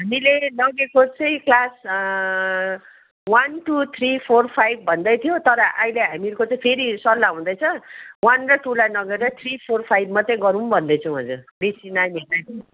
हामीले लगेको चाहिँ class one two three four five भन्दैथ्यौँ तर अहिले हामीहरूको चाहिँ फेरि सल्लाह हुँदैछ वन र टुलाई नगरेर थ्री फोर फाइभ मात्रै गरौँ भन्दैछौँ हजुर बेसी नानीहरूलाई पनि